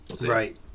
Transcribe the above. Right